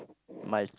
my